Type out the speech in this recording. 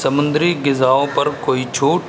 سمندری غذاؤں پر کوئی چھوٹ